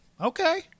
Okay